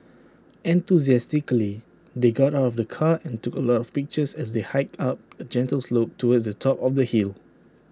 enthusiastically they got out of the car and took A lot of pictures as they hiked up A gentle slope towards the top of the hill